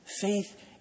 faith